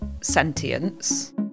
sentience